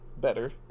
better